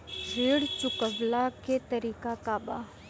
ऋण चुकव्ला के तरीका का बा?